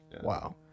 Wow